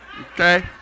Okay